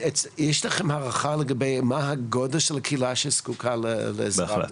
יש לכם הערכה לגבי מה הגודל של הקהילה שזקוקה לעזרה?